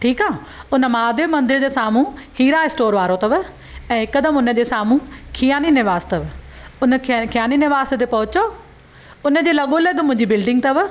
ठीकु आहे उन महादेव मंदर जे साम्हूं हीरा स्टोर वारो अथव ऐं हिकदमि हुन जे साम्हूं खियानी निवास अथव उन खि खियानी निवास ते पहुचो उन जे लॻो लॻ मुंहिंजी बिल्डिंग अथव